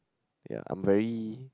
ya I'm very